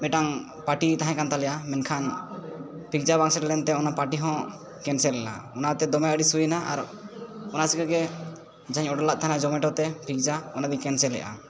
ᱢᱤᱫᱴᱟᱝ ᱯᱟᱴᱤ ᱛᱟᱦᱮᱸ ᱠᱟᱱ ᱛᱟᱞᱮᱭᱟ ᱢᱮᱱᱠᱷᱟᱱ ᱯᱤᱡᱡᱟ ᱵᱟᱝ ᱥᱮᱴᱮᱨ ᱞᱮᱱᱛᱮ ᱚᱱᱟ ᱯᱟᱴᱤ ᱦᱚᱸ ᱠᱮᱱᱥᱮᱞᱮᱱᱟ ᱚᱱᱟᱛᱮ ᱫᱚᱢᱮ ᱟᱲᱤᱥ ᱦᱩᱭᱱᱟ ᱟᱨ ᱚᱱᱟ ᱪᱤᱠᱟᱹᱜᱮ ᱡᱟᱦᱟᱧ ᱚᱰᱟᱨ ᱞᱮᱫ ᱛᱟᱦᱮᱱᱟ ᱡᱚᱢᱮᱴᱳᱛᱮ ᱯᱤᱡᱡᱟ ᱚᱱᱟ ᱫᱚᱧ ᱠᱮᱱᱥᱮᱞᱮᱫᱼᱟ